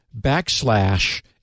backslash